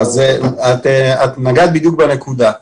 נגעת בדיוק בנקודה.